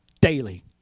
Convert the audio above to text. daily